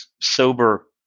sober